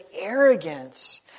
arrogance